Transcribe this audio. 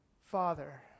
Father